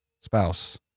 Spouse